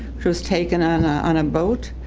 which was taken ah on a boat.